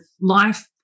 life